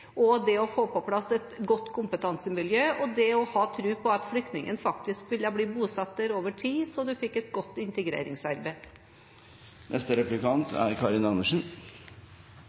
og det å få på plass et godt kompetansemiljø og det å ha tro på at flyktningen faktisk ville være bosatt der over tid, så en fikk til et godt integreringsarbeid. Det er